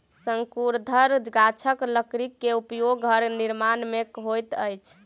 शंकुधर गाछक लकड़ी के उपयोग घर निर्माण में होइत अछि